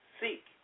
seek